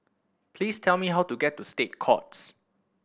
please tell me how to get to State Courts